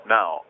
Now